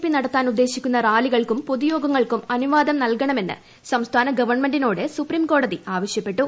P നടത്താൻ ഉദ്ദേശിക്കുന്ന റാലികൾക്കും പൊതുയോഗങ്ങൾക്കും അനുവാദം നൽകണമെന്ന് സംസ്ഥാന ഗവൺമെന്റിനോട് സുപ്രീംകോടതി ആവശ്യപ്പെട്ടു